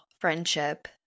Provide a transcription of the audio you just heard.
friendship